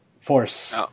Force